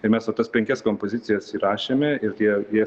ir mes va tas penkias kompozicijas įrašėme ir tie jie